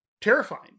terrifying